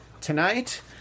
tonight